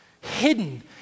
hidden